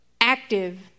active